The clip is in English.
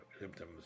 symptoms